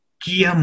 kia